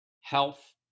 health